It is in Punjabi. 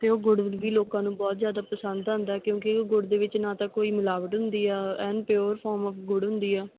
ਅਤੇ ਉਹ ਗੁੜ ਵੀ ਲੋਕਾਂ ਨੂੰ ਬਹੁਤ ਜ਼ਿਆਦਾ ਪਸੰਦ ਆਉਂਦਾ ਕਿਉਂਕਿ ਉਹ ਗੁੜ ਦੇ ਵਿੱਚ ਨਾ ਤਾਂ ਕੋਈ ਮਿਲਾਵਟ ਹੁੰਦੀ ਆ ਐਨ ਪਿਓਰ ਫੋਮ ਓਫ ਗੁੜ ਹੁੰਦੀ ਆ